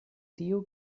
tiu